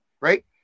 right